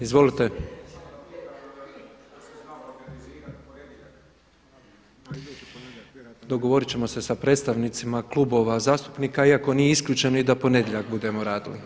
Izvolite. … [[Govornik nije uključen.]] Dogovorit ćemo se sa predstavnicima klubova zastupnika iako nije isključeno i da u ponedjeljak budemo radili.